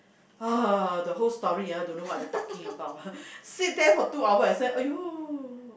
uh the whole story ah don't know what they talking about sit there for two hours I said !aiyo!